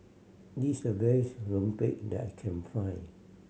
this is the best rempeyek that I can find